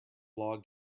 log